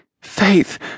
Faith